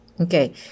okay